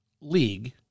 league